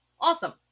Awesome